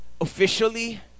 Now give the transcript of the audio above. officially